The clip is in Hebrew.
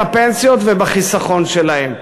בפנסיות ובחיסכון שלהם.